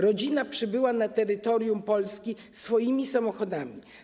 Rodzina przybyła na terytorium Polski swoimi samochodami.